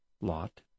lot